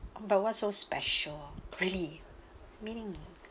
but what's so special really meaning